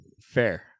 fair